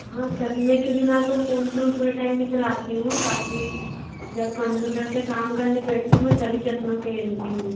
हाँ चश्मे के बिना तो फ़ोन तो मैं पूरे टैम ही चलाती हूँ बाक़ी जब कंपूटर पर काम करने बैठती हूँ तभी चश्मा पहनती हूँ